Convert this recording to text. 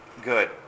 good